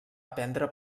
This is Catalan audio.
aprendre